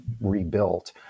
rebuilt